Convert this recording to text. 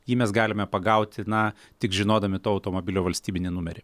jį mes galime pagauti na tik žinodami to automobilio valstybinį numerį